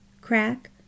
crack